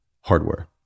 hardware